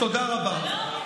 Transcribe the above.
תודה רבה.